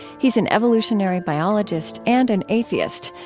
he's an evolutionary biologist and an atheist.